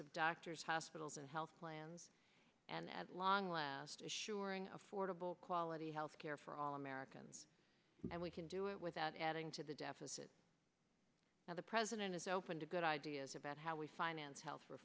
of doctors hospitals and health plans and at long last assuring affordable quality health care for all americans and we can do it without adding to the deficit now the president is open to good ideas about how we finance he